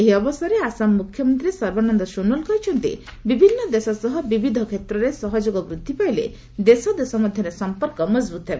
ଏହି ଅବସରରେ ଆସାମ ମୁଖ୍ୟମନ୍ତ୍ରୀ ସର୍ବାନନ୍ଦ ସୋନୱାଲ୍ କହିଛନ୍ତି ବିଭିନ୍ନ ଦେଶ ସହ ବିବିଧ କ୍ଷେତ୍ରରେ ସହଯୋଗ ବୃଦ୍ଧି ପାଇଲେ ଦେଶଦେଶ ମଧ୍ୟରେ ସଂପର୍କ ମଜବୁତ ହେବ